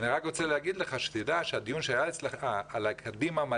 אני רק רוצה להגיד לך שתדע שהדיון שהיה אצלך על הקדימדע,